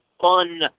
fun